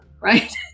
right